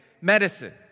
medicine